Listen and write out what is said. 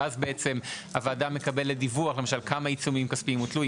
ואז הוועדה מקבלת דיווח על כמה עיצומים כספיים הוטלו,